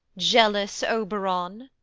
jealous oberon!